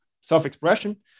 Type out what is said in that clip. self-expression